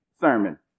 sermon